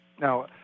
Now